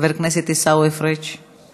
חבר הכנסת עיסאווי פריג';